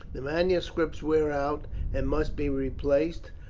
the manuscripts wear out and must be replaced,